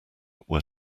were